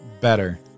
better